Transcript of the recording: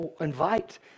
invite